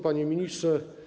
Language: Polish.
Panie Ministrze!